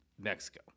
Mexico